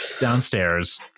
downstairs